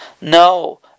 No